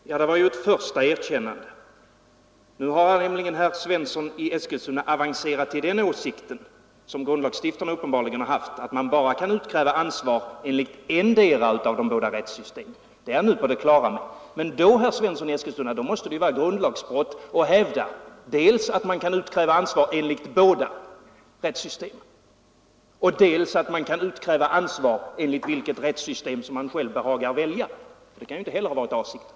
Fru talman! Det var ett första erkännande. Nu har nämligen herr Svensson i Eskilstuna avancerat till den åsikten, som grundlagstiftaren uppenbarligen har haft, att man bara kan utkräva ansvar enligt endera av de båda rättssystemen. Detta är herr Svensson nu på det klara med. Men då, herr Svensson i Eskilstuna, måste det strida mot grundlagen att hävda dels att man kan utkräva ansvar enligt båda rättssystemen, dels att man kan utkräva ansvar enligt det rättssystem som man själv behagar välja. Det kan inte heller ha varit avsikten.